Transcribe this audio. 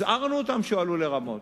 הזהרנו אותם שהוא עלול לרמות.